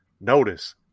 notice